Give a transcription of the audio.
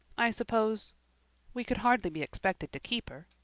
i suppose we could hardly be expected to keep her.